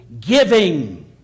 giving